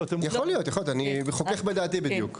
יכול להיות, אני בדיוק חוכך בדעתי.